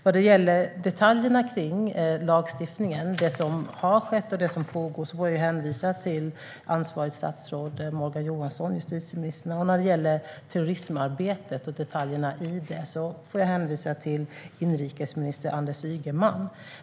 Vad gäller detaljerna kring lagstiftningen - det som har skett och det som pågår - får jag hänvisa till ansvarigt statsråd justitieminister Morgan Johansson. När det gäller terrorismarbetet och detaljerna i det får jag hänvisa till inrikesminister Anders Ygeman.